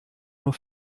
nur